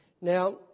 Now